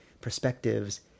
perspectives